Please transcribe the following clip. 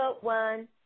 one